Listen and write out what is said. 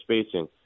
spacing